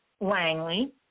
Langley